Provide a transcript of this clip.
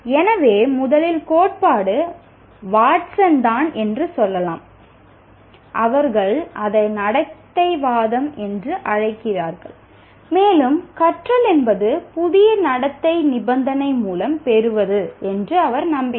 எனவே முதல் கோட்பாடு வாட்சன் தான் என்று சொல்லலாம் அவர்கள் அதை நடத்தைவாதம் என்று அழைக்கிறார்கள் மேலும் கற்றல் என்பது புதிய நடத்தை நிபந்தனை மூலம் பெறுவது என்று அவர் நம்பினார்